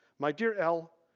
my dear ell,